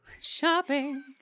Shopping